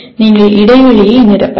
நீங்கள் இடைவெளியை நிரப்பலாம்